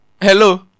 Hello